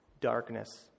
darkness